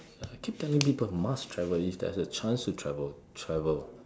I keep telling people must travel if there's a chance to travel travel